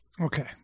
okay